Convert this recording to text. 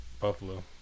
Buffalo